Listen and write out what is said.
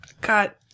got